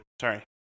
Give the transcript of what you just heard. sorry